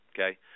Okay